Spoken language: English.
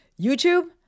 YouTube